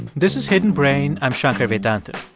this is hidden brain. i'm shankar vedantam.